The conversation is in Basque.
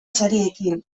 sariekin